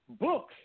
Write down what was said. books